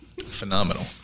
Phenomenal